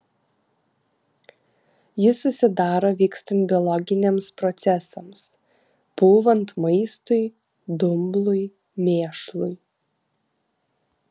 jis susidaro vykstant biologiniams procesams pūvant maistui dumblui mėšlui